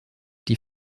die